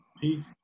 Peace